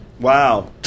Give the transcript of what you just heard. wow